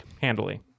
Handily